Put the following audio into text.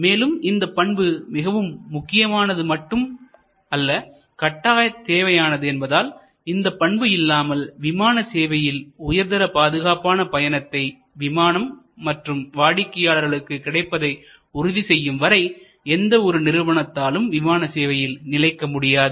மேலும் இந்த பண்பு மிகவும் முக்கியமானது மட்டும் அல்ல மற்றும் கட்டாயத் தேவையானது என்பதனால் இந்த பண்பு இல்லாமல் விமான சேவையில் உயர்தர பாதுகாப்பான பயணத்தை விமானம் மற்றும் வாடிக்கையாளர்களுக்கு கிடைப்பதை உறுதி செய்யும் வரை எந்த ஒரு நிறுவனத்தாலும் விமான சேவையில் நிலைக்க முடியாது